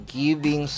giving